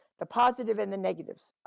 the positive and the negatives.